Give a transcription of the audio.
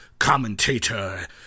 commentator